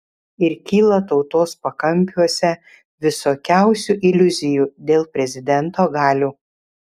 ir kyla tautos pakampiuose visokiausių iliuzijų dėl prezidento galių